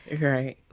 right